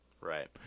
Right